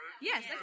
Yes